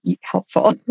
helpful